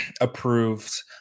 approved